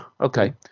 Okay